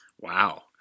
Wow